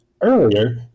Earlier